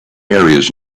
areas